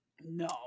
No